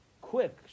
quick